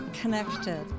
connected